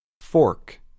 Fork